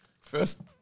First